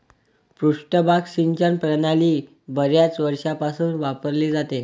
पृष्ठभाग सिंचन प्रणाली बर्याच वर्षांपासून वापरली जाते